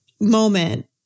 moment